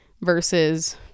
versus